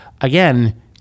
again